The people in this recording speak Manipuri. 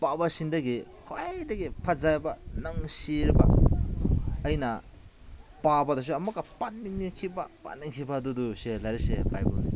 ꯄꯥꯕꯁꯤꯡꯗꯒꯤ ꯈ꯭ꯋꯥꯏꯗꯒꯤ ꯐꯖꯕ ꯅꯨꯡꯁꯤꯔꯕ ꯑꯩꯅ ꯄꯥꯕꯗꯁꯨ ꯑꯃꯨꯛꯀ ꯄꯥꯅꯤꯡꯉꯛꯈꯤꯕ ꯄꯥꯅꯤꯡꯈꯤꯕ ꯑꯗꯨꯗꯨꯁꯦ ꯂꯥꯏꯔꯤꯛꯁꯦ ꯕꯥꯏꯕꯜꯅꯤ